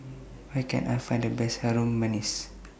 Where Can I Find The Best Harum Manis